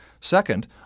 Second